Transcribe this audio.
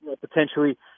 potentially